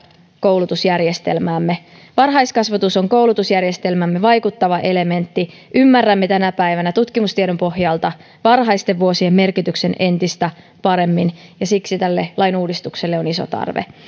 koulutusjärjestelmäämme varhaiskasvatus on koulutusjärjestelmämme vaikuttava elementti ymmärrämme tänä päivänä tutkimustiedon pohjalta varhaisten vuosien merkityksen entistä paremmin ja siksi tälle lainuudistukselle on iso tarve